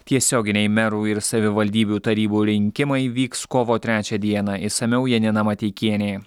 tiesioginiai merų ir savivaldybių tarybų rinkimai vyks kovo trečią dieną išsamiau janina mateikienė